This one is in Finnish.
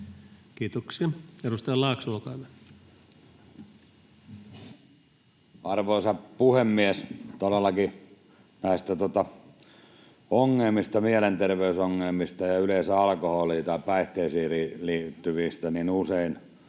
Kiitoksia. — Edustaja Laakso, olkaa hyvä. Arvoisa puhemies! Todellakin näitä ongelmia — mielenterveysongelmia ja yleensä alkoholiin tai päihteisiin liittyviä — on usein